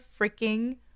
freaking